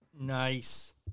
Nice